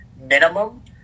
minimum